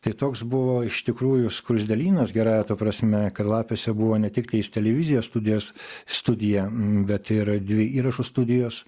tai toks buvo iš tikrųjų skruzdėlynas gerąja prasme kad lapėse buvo ne tiktais televizijos studijos studija bet ir dvi įrašų studijos